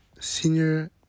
Senior